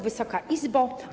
Wysoka Izbo!